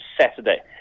Saturday